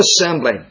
assembly